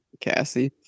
Cassie